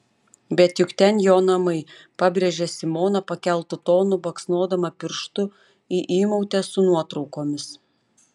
bet juk ten jo namai pabrėžė simona pakeltu tonu baksnodama pirštu į įmautę su nuotraukomis